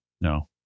No